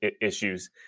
issues